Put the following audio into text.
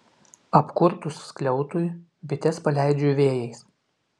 apkurtus skliautui bites paleidžiu vėjais